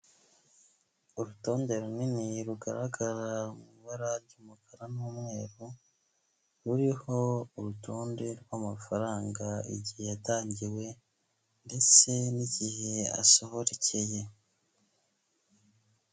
Urutonde runini rugaragara mu ibara ry'umukara n'umweru, ruriho urutonde rw'amafaranga igihe yatangiwe ndetse n'igihe asohokeye.